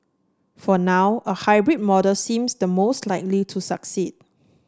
for now a hybrid model seems the most likely to succeed